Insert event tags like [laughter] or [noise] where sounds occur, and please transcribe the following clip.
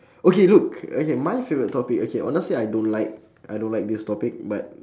[breath] okay look okay my favourite topic okay honestly I don't like I don't like this topic but